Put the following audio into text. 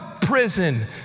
prison